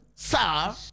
Sir